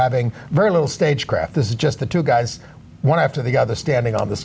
having very little stage craft this is just the two guys one after the other standing on the